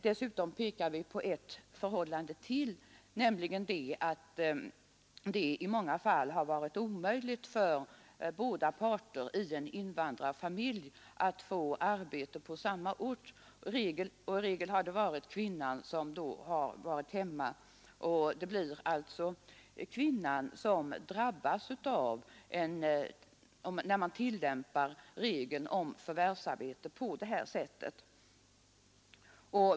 Dessutom pekar vi på ett förhållande till, nämligen att det i många fall har varit omöjligt för båda makarna i en invandrarfamilj att få arbete på samma ort. I regel har då kvinnan varit hemma. Det blir alltså kvinnan som drabbas när man tillämpar regeln om förvärvsarbete så som man gör nu.